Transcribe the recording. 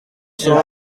sont